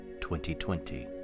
2020